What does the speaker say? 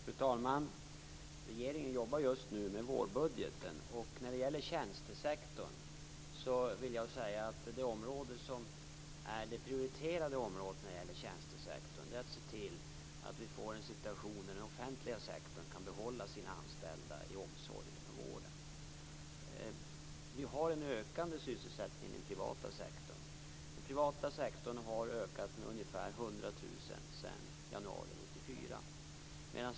Fru talman! Regeringen jobbar just nu med vårbudgeten. Det prioriterade området när det gäller tjänstesektorn är att se till att vi får en situation där den offentliga sektorn kan behålla sina anställda inom omsorgen och vården. Vi har en ökande sysselsättning inom den privata sektorn. Den privata sektorn har ökat med ungefär 100 000 arbetstillfällen sedan januari 1994.